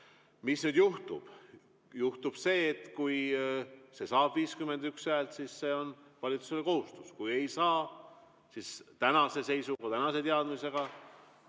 Mis nüüd juhtub? Juhtub see, et kui eelnõu saab 51 häält, siis on see valitsusele kohustuslik, kui ei saa, siis tänase seisuga, tänase teadmisega